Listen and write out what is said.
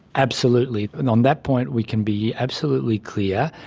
absolutely. and on that point we can be absolutely clear,